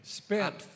spent